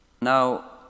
Now